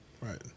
Right